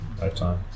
lifetime